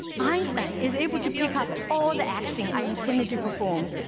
einstein is able to pick up all the action i intended to perform,